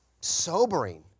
sobering